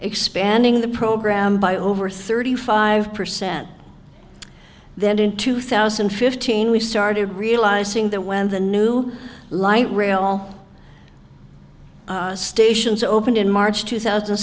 expanding the program by over thirty five percent then in two thousand and fifteen we started realizing that when the new light rail stations opened in march two thousand